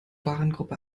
warengruppe